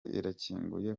irakinguye